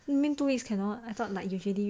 means cannot